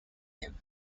him